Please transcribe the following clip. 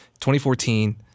2014